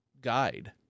guide